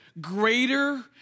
greater